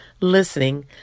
listening